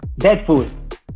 Deadpool